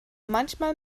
manchmal